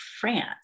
France